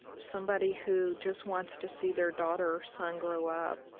somebody who just wants to see their daughter or son grow up.